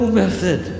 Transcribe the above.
method